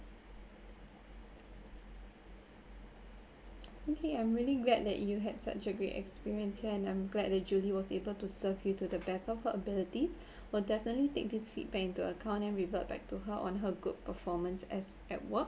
okay I'm really glad that you had such a great experience here and I'm glad that julie was able to serve you to the best of her abilities we'll definitely take this feedback into account and revert back to her on her good performance as at work